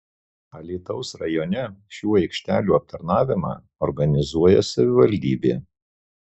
alytaus rajone šių aikštelių aptarnavimą organizuoja savivaldybė